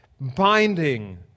binding